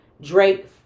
Drake